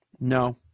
No